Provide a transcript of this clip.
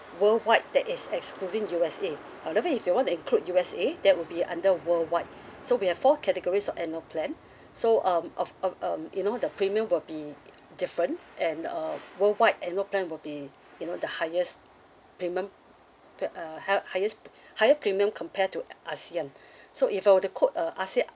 worldwide that is excluding U_S_A however if you want to include U_S_A that would be under worldwide so we have four categories of annual plan so um of of um you know the premium will be different and um worldwide annual plan will be you know the highest premium pre~ uh high highest higher premium compared to ASEAN so if I were to quote uh ASEAN